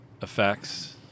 effects